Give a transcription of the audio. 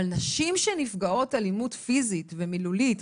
אבל נשים שנפגעות אלימות פיזית ומילולית,